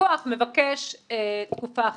הלקוח מבקש תקופה אחרת.